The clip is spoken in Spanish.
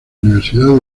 universidad